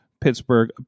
Pittsburgh